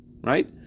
right